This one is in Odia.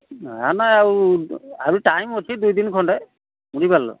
ଆଉ ଟାଇମ୍ ଅଛି ଦୁଇଦିନ ଖଣ୍ଡେ ବୁଝିପାରିଲ